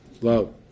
love